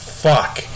fuck